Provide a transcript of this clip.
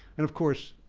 and of course,